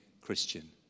christian